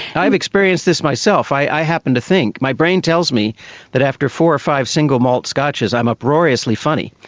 i've experienced this myself. i happen to think, my brain tells me that after four or five single malt scotches i'm uproariously funny,